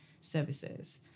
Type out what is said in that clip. services